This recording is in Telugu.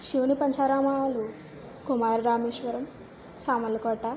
శివుని పంచారామాలు కుమార్ రామేశ్వరం సామర్లకోట